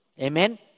Amen